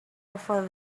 over